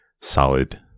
solid